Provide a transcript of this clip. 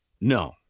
No